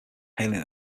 hailing